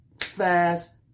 fast